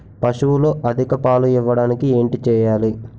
పశువులు అధిక పాలు ఇవ్వడానికి ఏంటి చేయాలి